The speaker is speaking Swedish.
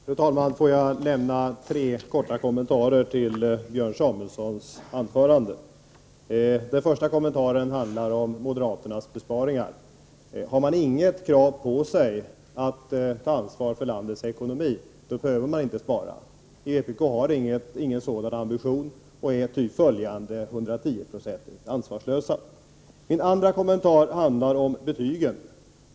Fru talman! Låt mig lämna tre kommentarer till Björn Samuelson. Den första kommentaren handlar om moderaternas besparingar. Har man inget krav på sig att ta ansvar för landets ekonomi, då behöver man inte spara. Vpk har ingen sådan ambition, och man är alltså 110 96 ansvarslös. Min andra kommentar handlar om betygen.